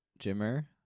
jimmer